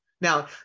Now